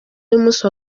y’umunsi